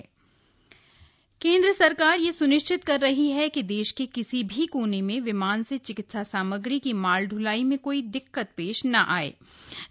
केंद्र कोरोना केंद्र सरकार यह सुनिश्चित कर रही है कि देश के किसी भी कोने में विमान से चिकित्सा सामग्री की माल ढ्लाई में कोई दिक्कत पेश न आये